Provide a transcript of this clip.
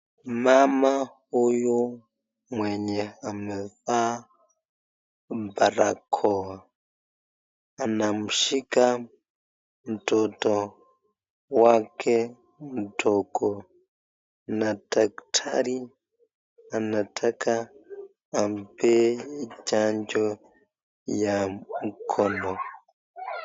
Mama huyu mwenye amevaa barakoa anamshika mtoto wake mdogo, na daktari anataka ampee chanjo ya mkono.